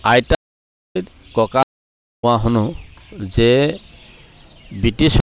আইতা ককায়ে কোৱা শুনো যে ব্ৰিটিছৰ